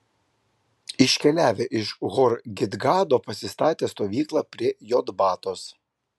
iškeliavę iš hor gidgado pasistatė stovyklą prie jotbatos